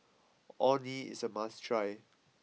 Orh Nee is a must try